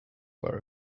were